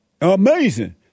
Amazing